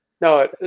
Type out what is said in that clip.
No